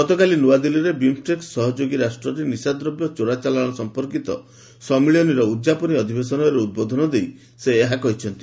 ଗତକାଲି ନ୍ତଆଦିଲ୍ଲୀରେ ବିମ୍ଷ୍ଟେକ୍ ସହଯୋଗୀ ରାଷ୍ଟ୍ରରେ ନିଶାଦ୍ରବ୍ୟ ଚୋରାଚାଲାଣ ସମ୍ପର୍କିତ ସମ୍ମିଳନୀର ଉଦ୍ଯାପନୀ ଅଧିବେଶନରେ ଉଦ୍ବୋଧନ ଦେଇ ସେ ଏହା କହିଛନ୍ତି